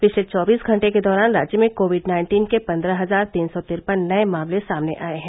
पिछले चौबीस घंटे के दौरान राज्य में कोविड नाइन्टीन के पन्द्रह हजार तीन सौ तिरपन नए मामले सामने आए हैं